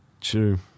True